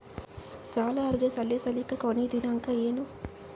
ಸಾಲ ಅರ್ಜಿ ಸಲ್ಲಿಸಲಿಕ ಕೊನಿ ದಿನಾಂಕ ಏನು?